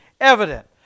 evident